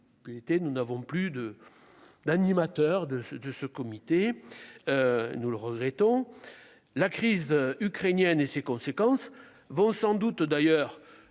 nous n'avons plus de d'animateurs de ce de ce comité, nous le regrettons la crise ukrainienne et ses conséquences vont sans doute d'ailleurs